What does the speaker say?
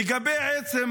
לגבי עצם